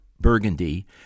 Burgundy